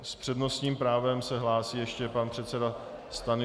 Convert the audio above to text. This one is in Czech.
S přednostním právem se hlásí ještě pan předseda Stanjura.